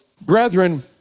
brethren